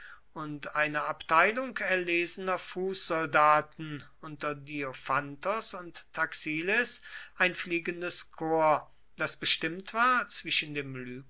und einer abteilung erlesener fußsoldaten unter diophantos und taxiles ein fliegendes korps das bestimmt war zwischen dem